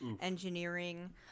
engineering